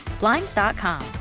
Blinds.com